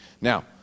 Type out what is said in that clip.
now